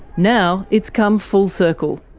now, it's come full circle.